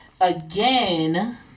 again